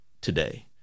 today